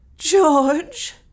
George